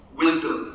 wisdom